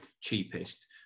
cheapest